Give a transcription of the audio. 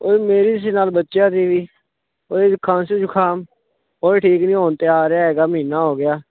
ਉਹ ਮੇਰੀ ਸੀ ਨਾਲ ਬੱਚਿਆਂ ਦੀ ਵੀ ਉਹ ਹੀ ਖਾਂਸੀ ਜੁਖਾਮ ਉਹ ਹੀ ਠੀਕ ਨਹੀਂ ਹੋਣ 'ਤੇ ਆ ਰਹਾ ਹੈਗਾ ਮਹੀਨਾ ਹੋ ਗਿਆ